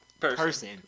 person